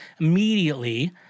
immediately